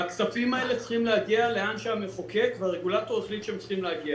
הכספים האלה צריכים להגיע לאן שהמחוקק והרגולטור החליט שהם צריכים להגיע